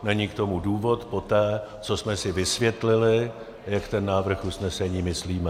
Není k tomu důvod poté, co jsme si vysvětlili, jak ten návrh usnesení myslíme.